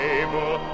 able